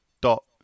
dot